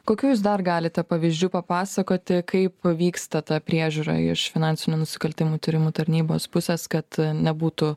kokių jūs dar galite pavyzdžių papasakoti kaip vyksta ta priežiūra iš finansinių nusikaltimų tyrimų tarnybos pusės kad nebūtų